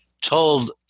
told